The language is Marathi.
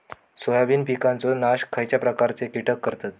सोयाबीन पिकांचो नाश खयच्या प्रकारचे कीटक करतत?